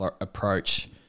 approach